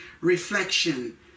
Reflection